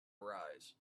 arise